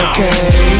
Okay